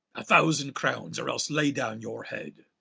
a thousand crownes, or else lay down your head